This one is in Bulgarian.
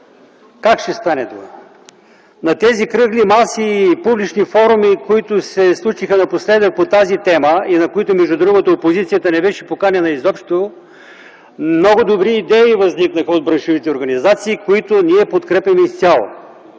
Как ще стане това? На тези кръгли маси и публични форуми, които се случиха напоследък по тази тема и на които, между другото, опозицията не беше поканена изобщо, много добри идеи възникнаха от браншовите организации, които ние подкрепяме изцяло.